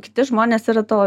kiti žmonės yra tavo